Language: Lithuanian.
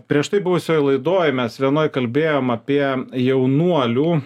prieš tai buvusioj laidoj mes vienoj kalbėjom apie jaunuolių